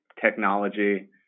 technology